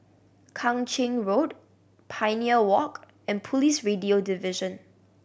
Kang Ching Road Pioneer Walk and Police Radio Division